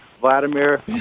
Vladimir